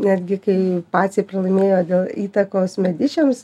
netgi kai pacai pralaimėjo dėl įtakos medičiams